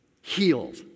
healed